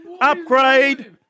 upgrade